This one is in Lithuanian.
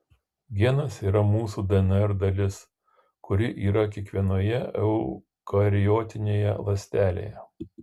genas yra mūsų dnr dalis kuri yra kiekvienoje eukariotinėje ląstelėje